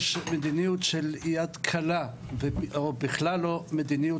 יש מדיניות של יד קלה או בכלל לא מדיניות